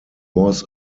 was